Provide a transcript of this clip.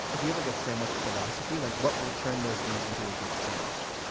do you have like a sandwich philosophy? like what will turn those things into a good sandwich?